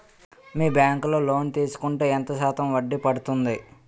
మీ bank లో loan తీసుకుంటే ఎంత శాతం వడ్డీ పడ్తుంది?